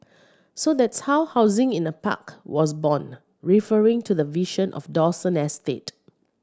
so that's how housing in a park was born referring to the vision for Dawson estate